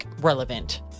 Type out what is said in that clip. relevant